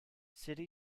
city